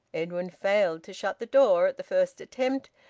edwin failed to shut the door at the first attempt,